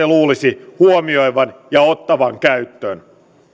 luulisi huomioivan ja ottavan käyttöön